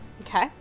Okay